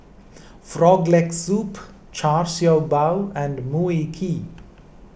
Frog Leg Soup Char Siew Bao and Mui Kee